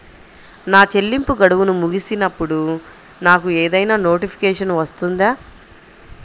నా చెల్లింపు గడువు ముగిసినప్పుడు నాకు ఏదైనా నోటిఫికేషన్ వస్తుందా?